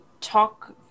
talk